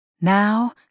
Now